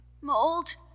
Mold